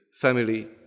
family